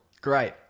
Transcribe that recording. Great